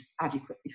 adequately